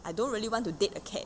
I don't really want to date a cat